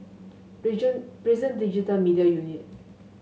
Prison Digital Media Unit